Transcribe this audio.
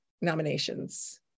nominations